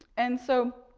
and so,